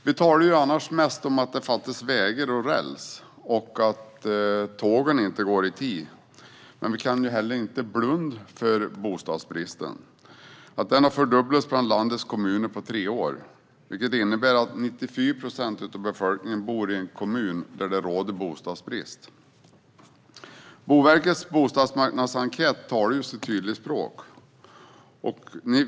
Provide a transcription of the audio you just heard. Vi talar annars mest om att det fattas vägar och räls och att tågen inte går i tid. Men vi kan heller inte blunda för bostadsbristen. Den har fördubblats bland landets kommuner på tre år, vilket innebär att 94 procent av befolkningen bor i en kommun där det råder bostadsbrist. Boverkets bostadsmarknadsenkät talar sitt tydliga språk.